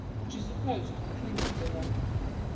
which is supposed to be clinging to her.